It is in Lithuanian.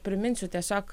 priminsiu tiesiog